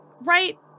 right